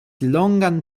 longan